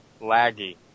laggy